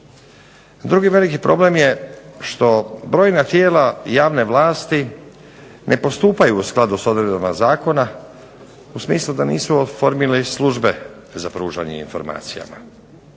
Drugi veliki problem je što brojna tijela javne vlasti ne postupaju u skladu s odredbama zakona u smislu da nisu oformili službe za pružanje informacija.